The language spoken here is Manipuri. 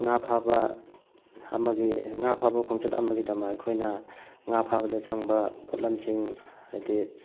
ꯉꯥ ꯐꯥꯕ ꯑꯃꯒꯤ ꯉꯥ ꯐꯥꯕ ꯈꯣꯡꯆꯠ ꯑꯃꯒꯤꯗꯃꯛ ꯑꯩꯈꯣꯏꯅ ꯉꯥ ꯐꯥꯕꯗ ꯆꯪꯕ ꯄꯣꯠꯂꯝꯁꯤꯡ ꯍꯥꯏꯗꯤ